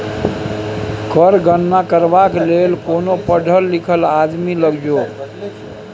कर गणना करबाक लेल कोनो पढ़ल लिखल आदमी लग जो